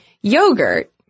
yogurt